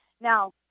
now